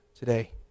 Today